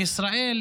מישראל,